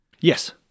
Yes